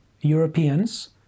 Europeans